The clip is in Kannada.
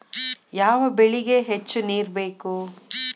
ಯಾವ ಬೆಳಿಗೆ ಹೆಚ್ಚು ನೇರು ಬೇಕು?